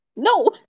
No